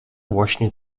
właśnie